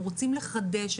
הם רוצים לחדש,